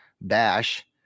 bash